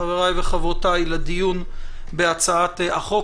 חבריי וחברותיי לדיון בהצעת החוק,